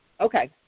Okay